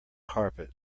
carpet